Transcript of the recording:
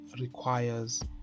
requires